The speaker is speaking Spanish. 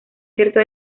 cierto